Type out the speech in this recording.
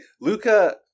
Luca